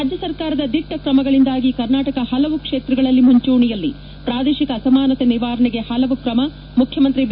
ರಾಜ್ಯ ಸರ್ಕಾರದ ದಿಟ್ಟ ಕ್ರಮಗಳಿಂದಾಗಿ ಕರ್ನಾಟಕ ಹಲವು ಕ್ಷೇತ್ರಗಳಲ್ಲಿ ಮುಂಚೂಣೆಯಲ್ಲಿ ಪ್ರಾದೇಶಿಕ ಅಸಮಾನತೆ ನಿವಾರಣೆಗೆ ಹಲವು ಕ್ರಮ ಮುಖ್ಯಮಂತ್ರಿ ಬಿ